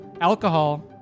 Alcohol